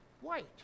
White